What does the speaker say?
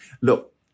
Look